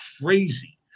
crazy